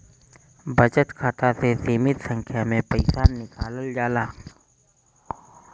बचत खाता से सीमित संख्या में पईसा निकालल जाला